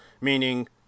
meaning